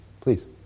Please